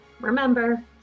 remember